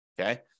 Okay